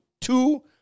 two